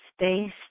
space